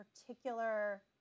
particular